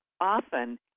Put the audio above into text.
often